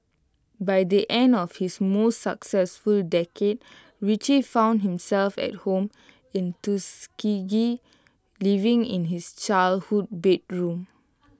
by the end of his most successful decade Richie found himself at home in Tuskegee living in his childhood bedroom